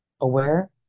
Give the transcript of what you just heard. aware